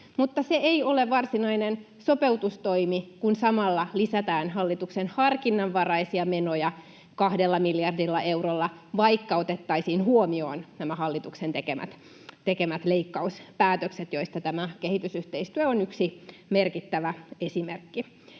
Mutta se ei ole varsinainen sopeutustoimi, kun samalla lisätään hallituksen harkinnanvaraisia menoja kahdella miljardilla eurolla — vaikka otettaisiin huomioon nämä hallituksen tekemät leikkauspäätökset, joista tämä kehitysyhteistyö on yksi merkittävä esimerkki.